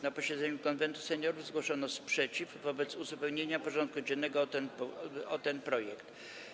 Na posiedzeniu Konwentu Seniorów zgłoszono sprzeciw wobec uzupełnienia porządku dziennego o ten projekt.